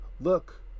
Look